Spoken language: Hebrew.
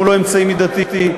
זה לא אמצעי מידתי.